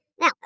Now